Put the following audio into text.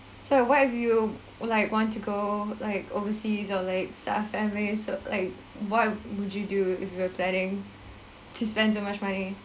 so what if you like want to go like overseas or like stuff I mean so like what would you do if you are planning to spend so much money